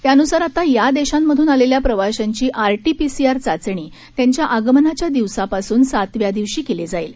त्यानुसार आता या देशांमधून आलेल्या प्रवाशांची आरटीपीसीआर चाचणी त्यांच्या आगमनाच्या दिवसापासून सातव्या दिवशी केली जाईल